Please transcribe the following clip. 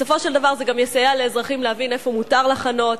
בסופו של דבר זה גם יסייע לאזרחים להבין איפה מותר לחנות,